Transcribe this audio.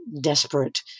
desperate